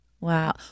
Wow